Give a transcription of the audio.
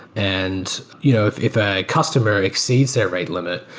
and you know if if a customer exceeds their rate limit,